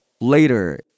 later